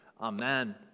amen